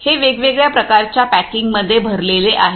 हे वेगवेगळ्या प्रकारच्या पॅकिंगमध्ये भरलेले आहे